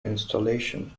installation